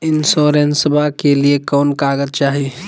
इंसोरेंसबा के लिए कौन कागज चाही?